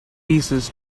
pieces